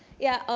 yeah,